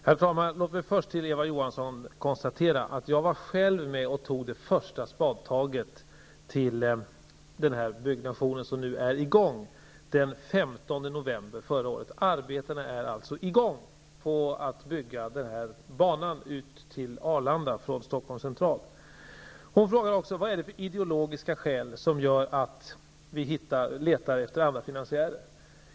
Herr talman! Låt mig först till Eva Johansson säga att jag själv den 15 november förra året var med och tog det första spadtaget till den byggnation som nu är i gång. Arbetena med att bygga denna bana ut till Arlanda från Stockholms central är alltså i gång. Eva Johansson frågar också vad det är för ideologiska skäl som gör att vi letar efter andra finansiärer.